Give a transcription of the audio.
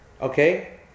Okay